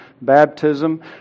baptism